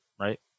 right